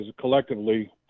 collectively